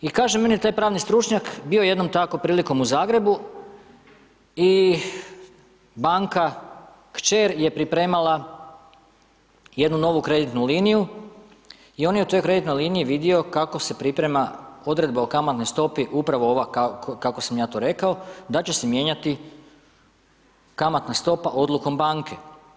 I kaže meni taj pravni stručnjak, bio je jednom tako prilikom u Zagrebu, i banka kćer je pripremala jednu novu kreditnu liniju, i on je u toj kreditnoj liniji vidio kako se priprema odredba o kamatnoj stopi upravo ova kako sam ja to rekao, da će se mijenjati kamatna stopa Odlukom banke.